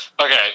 Okay